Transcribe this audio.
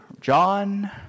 John